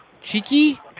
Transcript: Cheeky